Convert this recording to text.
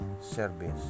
service